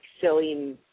silly